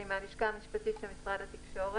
אני נציגת הלשכה המשפטית של משרד התקשורת.